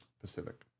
Pacific